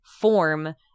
form